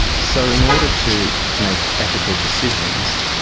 so in order to make ethical decisions,